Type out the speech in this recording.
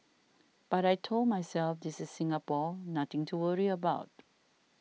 but I told myself this is Singapore nothing to worry about